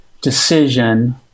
decision